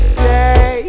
say